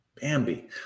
Bambi